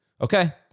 Okay